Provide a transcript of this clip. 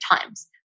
times